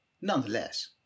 nonetheless